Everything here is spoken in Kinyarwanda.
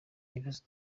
ikibazo